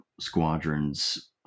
squadrons